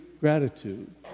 gratitude